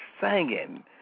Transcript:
singing